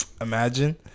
Imagine